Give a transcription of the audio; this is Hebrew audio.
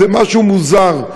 זה משהו מוזר.